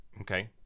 okay